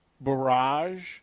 barrage